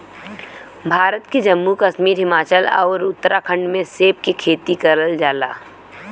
भारत के जम्मू कश्मीर, हिमाचल आउर उत्तराखंड में सेब के खेती करल जाला